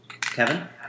Kevin